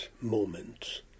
moment